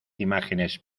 imágenes